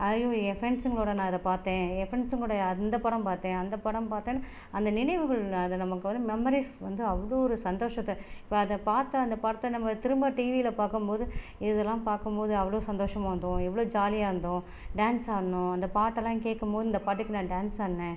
ஐயோ என் பிரண்ட்ஸ்ங்கலோடய நான் இதை பார்த்தேன் என் பிரண்ட்ஸ்ங்கலோடய அந்த படம் பார்த்தேன் அந்த படம் பார்த்தேன் அந்த நினைவுகள் அதை நமக்கு மெமரிஸ் வந்து அவ்வளோ ஒரு சந்தோசத்தை அதை பார்த்த அந்த படத்தை திரும்ப டிவியில் பார்க்கும் போது இதெல்லாம் பார்க்கும் போது அவ்வளோ சந்தோசமாக இருந்தோம் எவ்வளோ ஜாலியா இருந்தோம் டான்ஸ் ஆடுனோம் அந்த பாட்டுலாம் கேட்கும் போது இந்த பாட்டுக்கு நான் டான்ஸ் ஆடினேன்